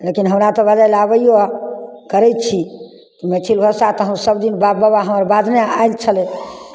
लेकिन हमरा तऽ बाजय लए आबैए करै छी मैथिल भाषा तऽ हम सभदिन बाप बाबा हमर बाजनाइ आयल छलै